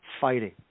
fighting